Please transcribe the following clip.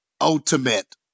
Ultimate